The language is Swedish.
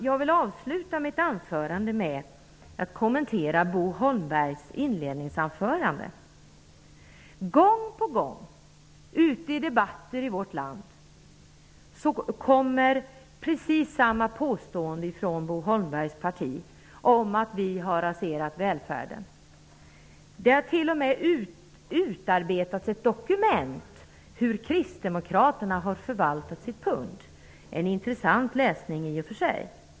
Jag vill avsluta mitt anförande med att kommentera Bo Holmbergs inledningsanförande. Gång på gång ute i debatter i vårt land kommer precis samma påstående från Bo Holmbergs parti om att vi har raserat välfärden. Det har till och med utarbetats ett dokument om hur kristdemokraterna har förvaltat sitt pund -- en intressant läsning i och för sig.